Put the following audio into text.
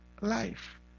life